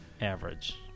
average